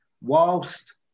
Whilst